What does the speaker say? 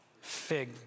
fig